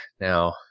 Now